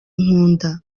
nkunda